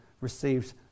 received